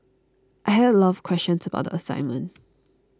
I had a lot of questions about the assignment